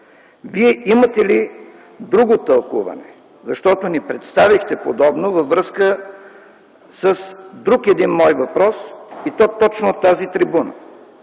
Вие имате ли друго тълкуване? Защо ни представихте подобно във връзка с друг един мой въпрос, и то точно от тази трибуна?